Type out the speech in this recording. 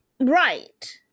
Right